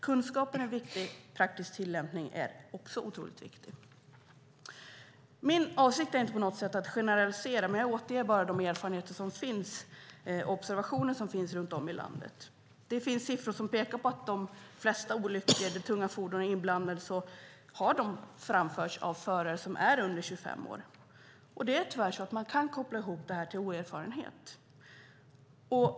Kunskapen är viktig. Praktisk tillämpning är också otroligt viktig. Min avsikt är inte på något sätt att generalisera. Jag återger bara de erfarenheter och observationer som finns runt om i landet. Det finns siffror som pekar på att de flesta olyckor där tunga fordon är inblandade har framförts av förare som är under 25 år. Det är tyvärr så att man kan koppla ihop det här med oerfarenhet.